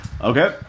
Okay